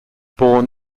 born